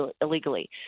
illegally